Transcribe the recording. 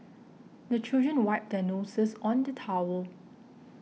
the children wipe their noses on the towel